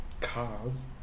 cars